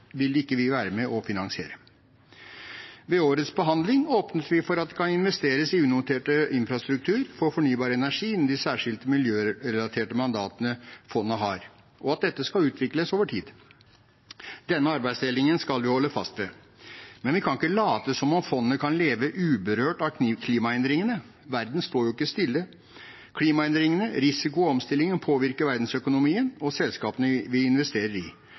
vil ikke vi være med og finansiere. Ved årets behandling åpnet vi for at det kan investeres i unotert infrastruktur for fornybar energi innen de særskilte miljørelaterte mandatene fondet har, og at dette skal utvikles over tid. Denne arbeidsdelingen skal vi holde fast ved. Men vi kan ikke late som om fondet kan leve uberørt av klimaendringene. Verden står jo ikke stille. Klimaendringene, risiko og omstilling påvirker verdensøkonomien og selskapene vi investerer i.